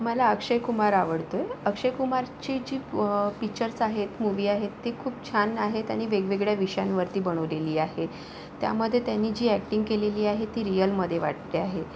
मला अक्षयकुमार आवडतो अक्षयकुमारची जी पिक्चर्स आहेत मूवी आहेत ती खूप छान आहे त्यानी वेगवेगळ्या विषयांवर ती बनवलेली आहे त्यामध्ये त्यानी जी ॲक्टिंग केलेली आहे ती रियलमध्ये वाटते आहे